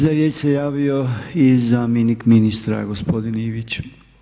Za riječ se javio i zamjenik ministra gospodin Ivić.